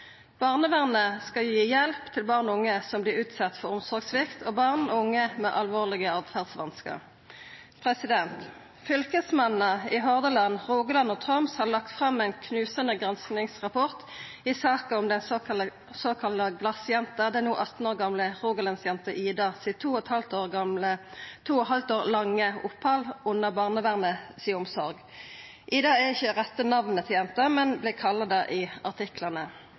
Barnevernet skal gi hjelp til barn og unge som vert utsette for omsorgssvikt, og barn og unge med alvorlege åtferdsvanskar. Fylkesmennene i Hordaland, Rogaland og Troms har lagt fram ein knusande granskingsrapport i saka om den såkalla glasjenta, den no 18 år gamle Rogalands-jenta «Ida» sitt to og eit halvt år lange opphald under barnevernet si omsorg. Ida er ikkje det rette namnet til jenta, men ho vert kalla det i artiklane.